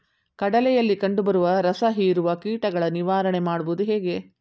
ಕಡಲೆಯಲ್ಲಿ ಕಂಡುಬರುವ ರಸಹೀರುವ ಕೀಟಗಳ ನಿವಾರಣೆ ಮಾಡುವುದು ಹೇಗೆ?